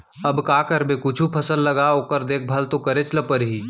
अब का करबे कुछु फसल लगा ओकर देखभाल तो करेच ल परही